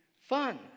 fun